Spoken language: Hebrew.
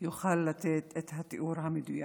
יוכל לתת את התיאור המדויק.